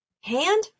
hand